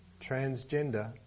transgender